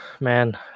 man